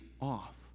off